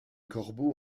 corbeaux